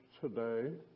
today